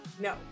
No